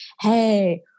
hey